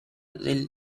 del